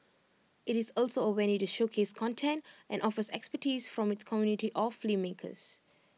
IT is also A venue to showcase content and offers expertise from its community of filmmakers